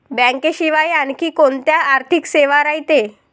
बँकेशिवाय आनखी कोंत्या आर्थिक सेवा रायते?